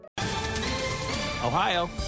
Ohio